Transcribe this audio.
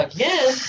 Again